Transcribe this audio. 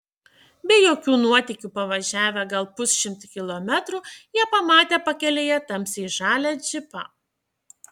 be jokių nuotykių pavažiavę gal pusšimtį kilometrų jie pamatė pakelėje tamsiai žalią džipą